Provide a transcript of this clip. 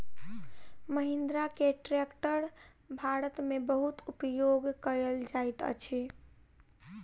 महिंद्रा के ट्रेक्टर भारत में बहुत उपयोग कयल जाइत अछि